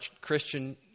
Christian